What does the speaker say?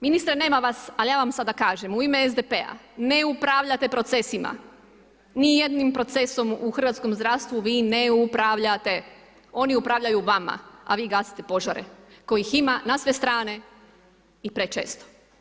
Ministre, nema vas ali ja vam sada kažem u ime SDP-a, ne upravljate procesima, nijednim procesom u hrvatskom zdravstvu vi ne upravljate, oni upravljaju vama a vi gasite požare kojih ima na sve strane i prečesto.